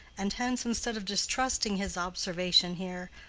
and hence, instead of distrusting his observation here,